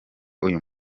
uyu